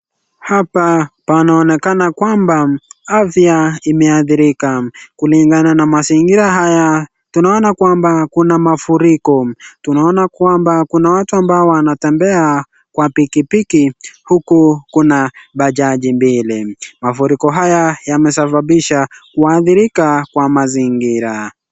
Hapa panaonekana kwamba afya imeathirika. Kulingana na mazingira haya, tunaona kwamba kuna mafuriko. Tunaona kwamba kuna watu ambao wanatembea kwa pikipiki huku kuna bajaji mbili. Mafuriko haya yamesababisha kuathirika kwa mazingira.